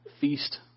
feast